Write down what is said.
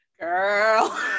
girl